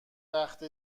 وقت